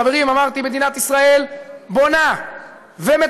חברים, אמרתי, מדינת ישראל בונה ומתכננת